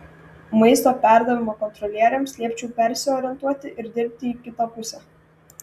maisto perdavimo kontrolieriams liepčiau persiorientuoti ir dirbti į kitą pusę